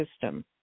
system